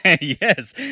Yes